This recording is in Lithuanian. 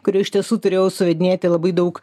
kuri jau iš tiesų turėjau suvedinėti labai daug